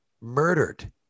Murdered